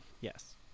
yes